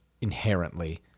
inherently